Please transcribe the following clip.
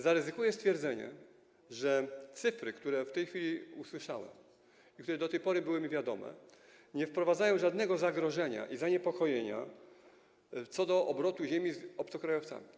Zaryzykuję stwierdzenie, że cyfry, które w tej chwili usłyszałem i o których do tej pory było mi wiadomo, nie wprowadzają żadnego zagrożenia ani zaniepokojenia co do obrotu ziemią z obcokrajowcami.